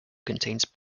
contains